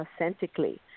authentically